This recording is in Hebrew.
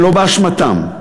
ולא באשמתם.